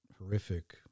horrific